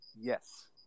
yes